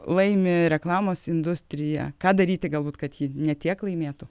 laimi reklamos industrija ką daryti galbūt kad ji ne tiek laimėtų